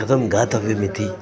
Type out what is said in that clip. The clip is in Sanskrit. कथं गातव्यम् इति